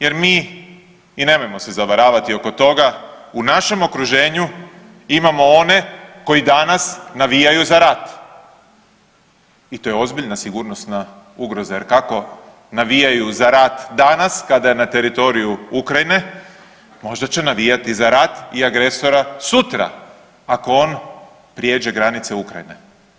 Jer mi i nemojmo se zavaravati oko toga u našem okruženju imamo one koji danas navijaju za rat i to je ozbiljna sigurnosna ugroza, jer kako navijaju za rat danas kada na teritoriju Ukrajine možda će navijati za rat i agresora sutra ako on prijeđe granice Ukrajine.